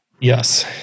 Yes